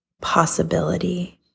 possibility